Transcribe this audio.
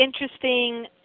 interesting